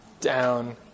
down